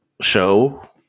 show